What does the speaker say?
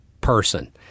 person